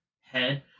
head